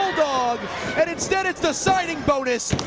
bulldog and instead it's the signing bonus.